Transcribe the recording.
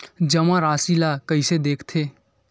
जमा राशि ला कइसे देखथे?